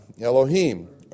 Elohim